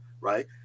right